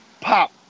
Pop